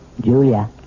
Julia